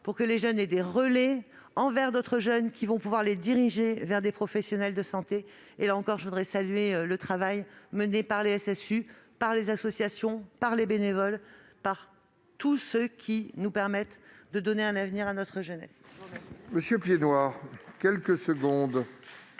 : ainsi, les jeunes disposent de relais auprès d'autres jeunes afin d'être dirigés vers des professionnels de santé. Une nouvelle fois, je tiens à saluer le travail mené par les SSU, par les associations, par les bénévoles, par tous ceux qui nous permettent de donner un avenir à notre jeunesse